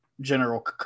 general